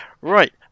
Right